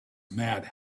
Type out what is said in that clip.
mad